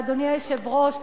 אדוני היושב-ראש,